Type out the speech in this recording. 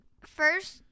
first